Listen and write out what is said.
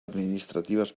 administratives